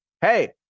hey